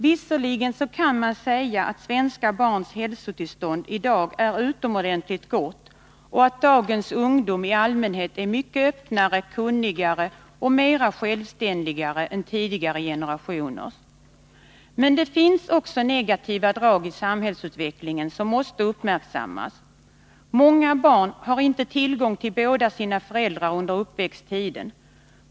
Visserligen kan man säga att svenska barns hälsotillstånd i dag är utomordentligt gott och att dagens ungdom i allmänhet är mycket öppnare, kunnigare och mer självständiga än tidigare generationers. Men det finns också negativa drag i samhällsutvecklingen som måste uppmärksammas. Många barn har inte tillgång till båda sina föräldrar under uppväxttiden.